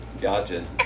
gotcha